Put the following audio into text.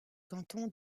canton